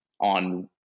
on